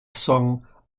song